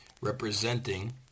representing